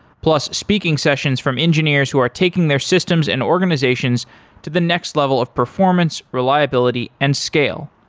plus speaking sessions from engineers who are taking their systems and organizations to the next level of performance, reliability and scale.